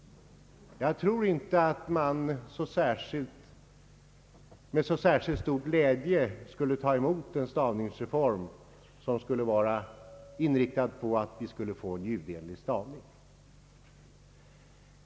Jag tror inte att man med så särskilt stor glädje skulle ta emot en stavningsreform, som vore inriktad på ljudenlighet.